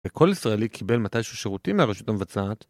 וכל ישראלי קיבל מתישהו שירותים מהרשות המבצעת,